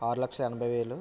ఆరు లక్షల ఎనభై వేలు